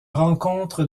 rencontre